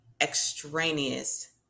extraneous